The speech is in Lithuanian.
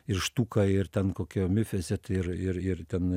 ir štuka ir ten kokio mifeset ir ir ir ten